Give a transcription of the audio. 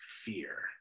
fear